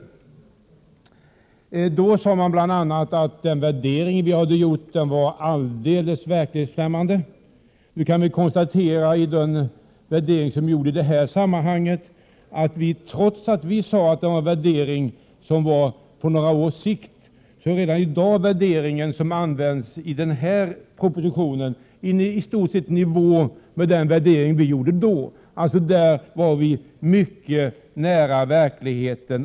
Då sade man bl.a. att den värdering som vi hade gjort var alldeles verklighetsfrämmande. Nu kan vi konstatera att, trots att vi sade att det var fråga om en värdering på några års sikt, redan i dag den värdering som görs i propositionen i stort sett är i nivå med den värdering som vi gjorde för fyra år sedan. Vi var alltså mycket nära verkligheten.